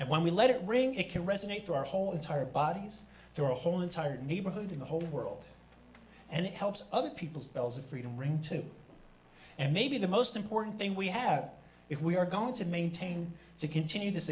and when we let it ring it can resonate for our whole entire bodies through a whole entire neighborhood in the whole world and it helps other people's souls and freedom ring too and maybe the most important thing we have if we are going to maintain to continue this